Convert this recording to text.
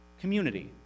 community